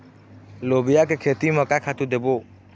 लोबिया के खेती म का खातू देबो?